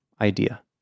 idea